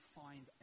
find